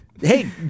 Hey